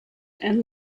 and